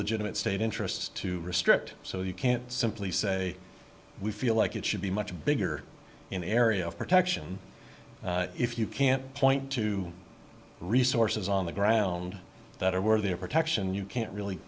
legitimate state interest to restrict so you can't simply say we feel like it should be much bigger an area of protection if you can't point to resources on the ground that are worthy of protection you can't really